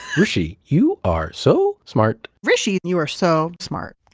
hrishi, you are so smart. hrishi, you are so smart.